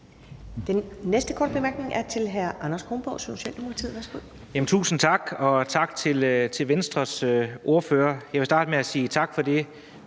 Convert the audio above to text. Den næste korte bemærkning er til hr. Anders Kronborg, Socialdemokratiet. Værsgo. Kl. 10:34 Anders Kronborg (S): Tusind tak. Og tak til Venstres ordfører. Jeg vil starte med at sige tak for det